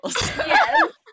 Yes